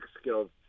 skills